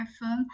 firm